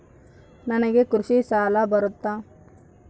ನನಗೆ ಕೃಷಿ ಸಾಲ ಬರುತ್ತಾ?